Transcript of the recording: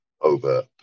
over